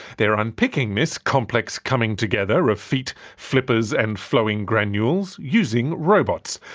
they're unpicking this complex coming together of feet, flippers and flowing granules using robots.